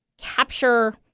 Capture